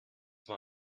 war